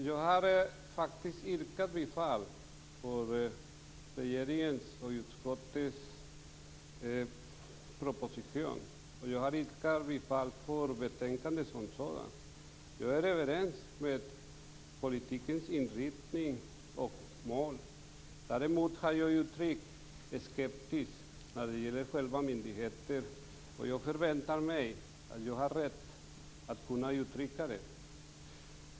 Fru talman! Jag har faktiskt yrkat bifall till både regeringens proposition och utskottets förslag. Jag yrkar bifall till hemställan i betänkandet i dess helhet. Jag håller också med när det gäller politikens inriktning och mål. Däremot har jag uttryckt skepsis när det gäller själva myndigheten. Jag förväntar mig att jag har rätt att uttrycka det.